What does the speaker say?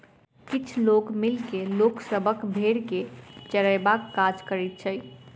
किछ लोक मिल के लोक सभक भेंड़ के चरयबाक काज करैत छै